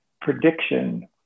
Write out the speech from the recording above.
prediction